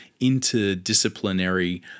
interdisciplinary